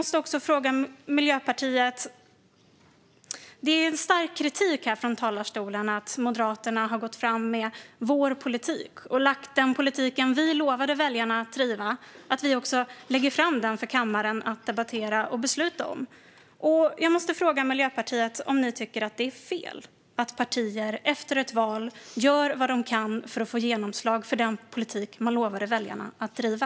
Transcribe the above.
Det har kommit stark kritik från talarstolen mot att vi i Moderaterna har gått fram med vår politik, att vi för den politik vi lovade väljarna att driva och att vi också lägger fram den för kammaren att debattera och besluta om. Jag måste fråga Miljöpartiet om ni tycker att det är fel att partier efter ett val gör vad de kan för att få genomslag för den politik de lovade väljarna att driva.